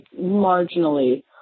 marginally